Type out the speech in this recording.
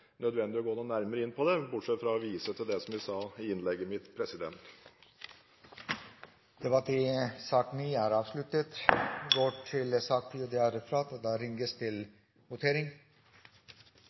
nødvendig å gå noe nærmere inn på det, bortsett fra å vise til det som jeg sa i innlegget mitt. Replikkordskiftet er slutt. Flere har ikke bedt om ordet til sak nr. 9. Stortinget går til